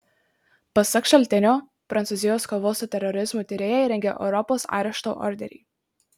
pasak šaltinio prancūzijos kovos su terorizmu tyrėjai rengia europos arešto orderį